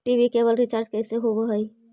TV केवल recharge कैसे होब हइ?